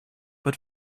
but